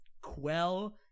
quell